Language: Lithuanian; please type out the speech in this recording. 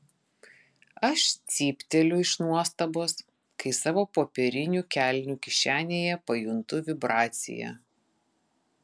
aš cypteliu iš nuostabos kai savo popierinių kelnių kišenėje pajuntu vibraciją